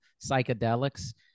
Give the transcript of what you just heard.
psychedelics